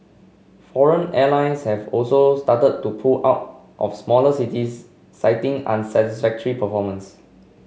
foreign airlines have also started to pull out of smaller cities citing unsatisfactory performance